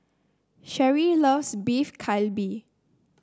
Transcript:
Sherry loves Beef Galbi